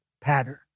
pattern